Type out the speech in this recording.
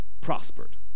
prospered